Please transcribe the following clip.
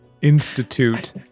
institute